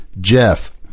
Jeff